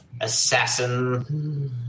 Assassin